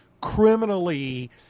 criminally